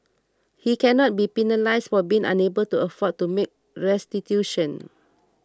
he cannot be penalised for being unable to afford to make restitution